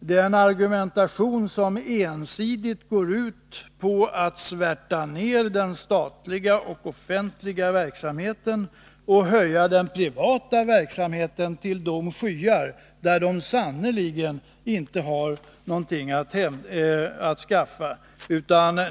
den argumentation som ensidigt går ut på att svärta ned den statliga och den offentliga verksamheten och höja den privata verksamheten till de skyar där den sannerligen inte hör hemma.